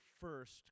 first